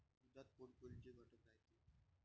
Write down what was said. दुधात कोनकोनचे घटक रायते?